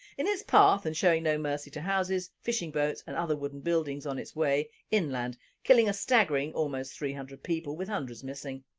in its path, and showing no mercy to houses, fishing boats and other wooden buildings on its way inland killing a staggering almost three hundred people with hundreds missing.